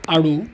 আৰু